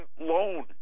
loan